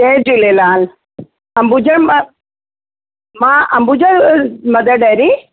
जय झूलेलाल अंबुजा म मां Ambuja Mother dairy